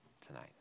tonight